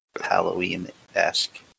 Halloween-esque